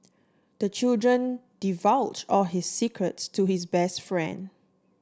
the children divulge all his secrets to his best friend